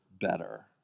better